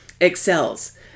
excels